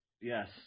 Yes